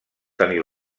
tenir